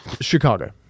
Chicago